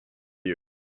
you